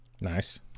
Nice